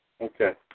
Okay